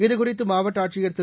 இதுகுறித்து மாவட்ட ஆட்சியர் திரு